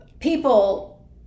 people